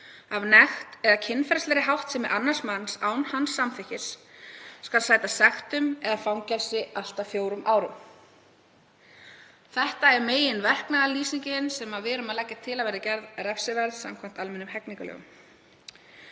af nekt eða kynferðislegri háttsemi annars manns án hans samþykkis skal sæta sektum eða fangelsi allt að 4 árum.“ Þetta er meginverknaðarlýsingin sem við leggjum til að verði gerð refsiverð samkvæmt almennum hegningarlögum.